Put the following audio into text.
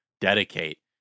dedicate